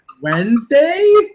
Wednesday